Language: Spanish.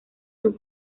sus